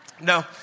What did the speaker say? No